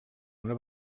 una